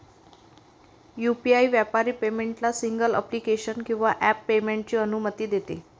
UPI व्यापारी पेमेंटला single application किंवा ॲप पेमेंटची अनुमती देते